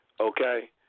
okay